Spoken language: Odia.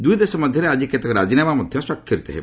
ଦୁଇ ଦେଶ ମଧ୍ୟରେ ଆକି କେତେକ ରାଜିନାମା ମଧ୍ୟ ସ୍ୱାକ୍ଷରିତ ହେବ